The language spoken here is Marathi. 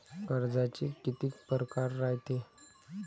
कर्जाचे कितीक परकार रायते?